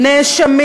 השוטרים